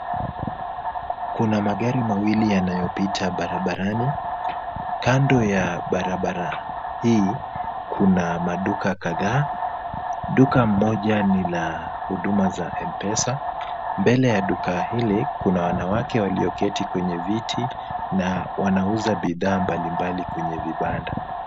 Kuna magari mawili yanayopita barabarani, kando ya barabara hii, kuna maduka kadhaa, duka moja ni la huduma za M-Pesa, mbele ya duka hili kuna wanawake walioketi kwenye viti na wanauza bidhaa mbalimbali kwenye vibanda.